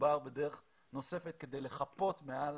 מדובר בדרך נוספת כדי לחפות מעל